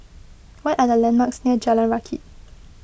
what are the landmarks near Jalan Rakit